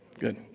Good